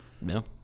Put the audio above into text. No